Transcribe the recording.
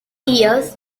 years